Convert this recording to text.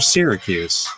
Syracuse